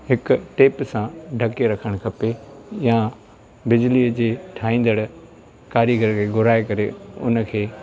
हिक टेप सां ढके रखणु खपे या बिजलीअ जे ठाहींदड़ु कारीगर खे घुराए करे उन खे